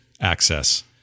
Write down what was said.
access